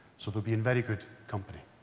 so they'll be in very good company.